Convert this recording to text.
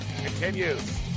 continues